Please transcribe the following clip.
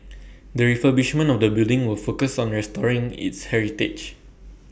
the refurbishment of the building will focus on restoring its heritage